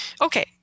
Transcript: Okay